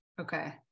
Okay